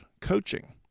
coaching